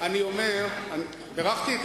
בירכתי את